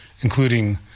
including